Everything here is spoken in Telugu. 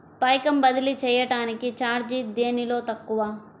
పైకం బదిలీ చెయ్యటానికి చార్జీ దేనిలో తక్కువ?